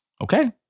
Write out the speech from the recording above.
Okay